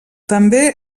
també